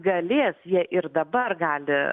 galės jie ir dabar gali